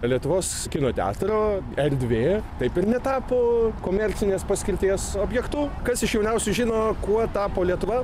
lietuvos kino teatro erdvė taip ir netapo komercinės paskirties objektu kas iš jauniausių žino kuo tapo lietuva